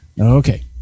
Okay